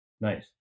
nice